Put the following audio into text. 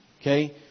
okay